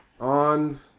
on